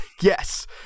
yes